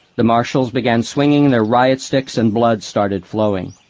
the marshals began swinging their riot sacks, and blood started flowing.